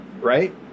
right